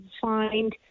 find